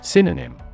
Synonym